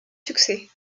succès